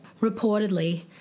Reportedly